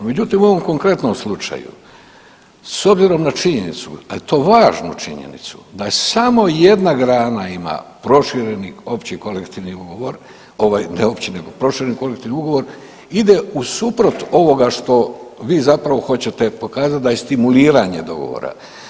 Međutim, u ovom konkretnom slučaju s obzirom na činjenicu, da je to važnu činjenicu da je samo jedna grana ima prošireni opći kolektivni ugovor ovaj ne opći nego prošireni kolektivni ugovor ide usuprot ovoga što vi zapravo hoćete pokazati da je stimuliranje dogovora.